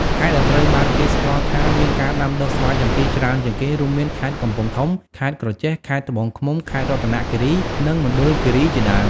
ខេត្តដែលត្រូវបានគេស្គាល់ថាមានការដាំដុះស្វាយចន្ទីច្រើនជាងគេ រួមមានខេត្តកំពង់ធំ ខេត្តក្រចេះ ខេត្តត្បូងឃ្មុំ ខេត្តរតនគិរី និងមណ្ឌលគិរីជាដើម។